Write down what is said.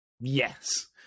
Yes